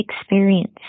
experience